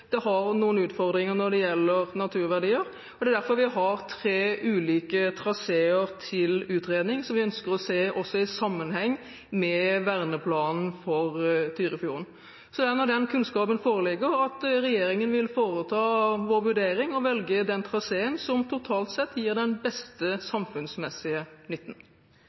har tre ulike traseer til utredning, som vi også ønsker å se i sammenheng med verneplanen for Tyrifjorden. Det er når den kunnskapen foreligger, at regjeringen vil foreta sin vurdering og velge den traseen som totalt sett gir den beste samfunnsmessige nytten.